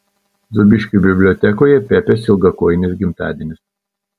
zūbiškių bibliotekoje pepės ilgakojinės gimtadienis